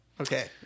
Okay